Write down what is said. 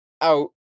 out